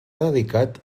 dedicat